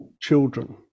children